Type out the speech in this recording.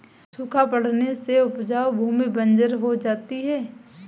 सूखा पड़ने से उपजाऊ भूमि बंजर हो जाती है